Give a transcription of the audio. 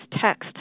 text